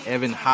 Evan